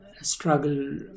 struggle